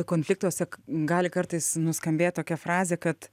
konfliktuose gali kartais nuskambėt tokia frazė kad